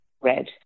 Red